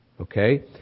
okay